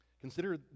Consider